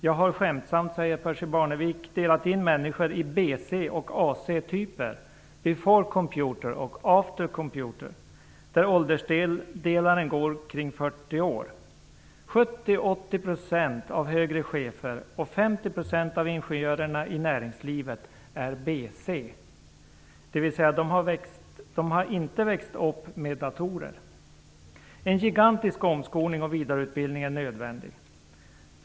Jag har skämtsamt delat in människor i BC och AC-typer, before computer och after computer, där åldersdelaren går kring 40 år. 70 à 80 % av de högre cheferna och 50 % av ingenjörerna i näringslivet är BC, dvs. de har ej växt upp med datorer. En gigantisk omskolning och vidareutbildning är nödvändig."